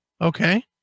okay